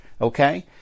okay